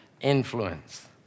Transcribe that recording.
Influence